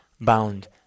bound